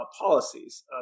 policies